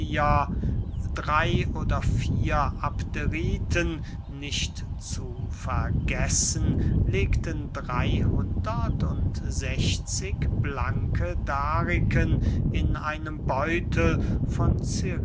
drey oder vier abderiten nicht zu vergessen legten drey hundert und sechzig blanke dariken in einem beutel von